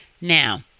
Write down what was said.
Now